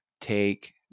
take